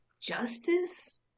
Justice